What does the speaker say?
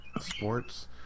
sports